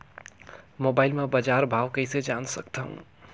Mobile म बजार भाव कइसे जान सकथव?